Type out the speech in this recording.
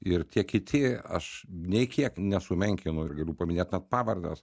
ir tie kiti aš nei kiek nesumenkinu ir galiu paminėt net pavardes